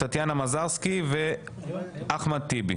טטיאנה מזרסקי ואחמד טיבי.